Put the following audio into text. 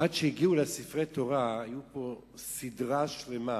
שעד שהגיעו לספרי התורה היתה פה סדרה שלמה